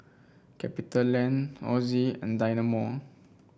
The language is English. Capitaland Ozi and Dynamo